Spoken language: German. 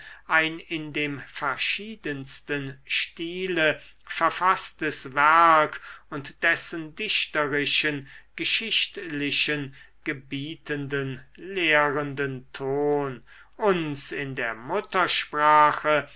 ein in dem verschiedensten stile verfaßtes werk und dessen dichterischen geschichtlichen gebietenden lehrenden ton uns in der muttersprache